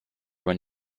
when